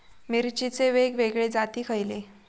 मिरचीचे वेगवेगळे जाती खयले?